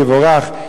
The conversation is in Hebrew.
יבורך,